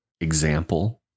example